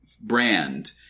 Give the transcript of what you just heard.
brand